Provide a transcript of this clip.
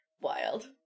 Wild